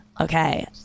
okay